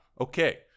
okay